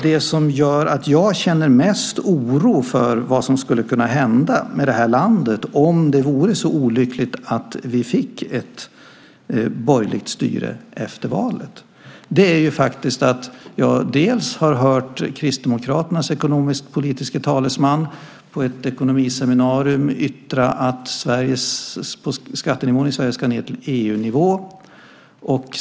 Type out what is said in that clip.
Det som gör att jag känner mest oro för vad som skulle kunna hända med det här landet om det vore så olyckligt att vi fick ett borgerligt styre efter valet är faktiskt att jag har hört Kristdemokraternas ekonomisk-politiska talesman på ett ekonomiseminarium yttra att skattenivån i Sverige ska ned till EU-nivån.